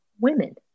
women